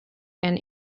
and